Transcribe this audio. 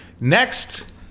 Next